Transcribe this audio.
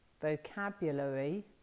vocabulary